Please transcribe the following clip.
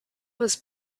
was